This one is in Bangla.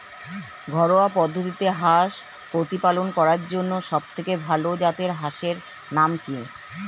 ঘরোয়া পদ্ধতিতে হাঁস প্রতিপালন করার জন্য সবথেকে ভাল জাতের হাঁসের নাম কি?